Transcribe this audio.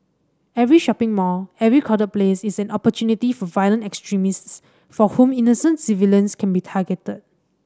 every shopping mall every crowded place is an opportunity for violent extremists for whom innocent civilians can be targeted